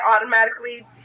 automatically